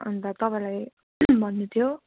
अन्त तपाईँलाई भन्नु थियो